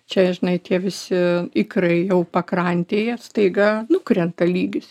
čia žinai tie visi ikrai jau pakrantėje staiga nukrenta lygis